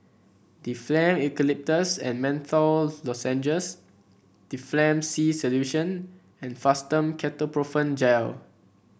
Difflam Eucalyptus and Menthol Lozenges Difflam C Solution and Fastum Ketoprofen Gel